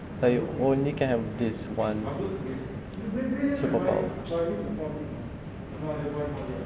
like you only can have this one superpowers um